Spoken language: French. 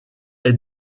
est